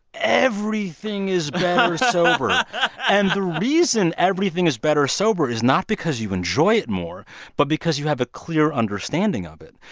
everything is better sober and and the reason everything is better sober is not because you enjoy it more but because you have a clear understanding of it.